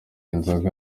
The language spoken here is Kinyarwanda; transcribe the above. inzoga